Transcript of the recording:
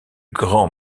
grand